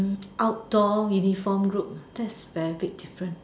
outdoor uniform group that's very big difference